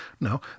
No